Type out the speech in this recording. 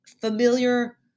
familiar